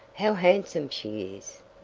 how handsome she is!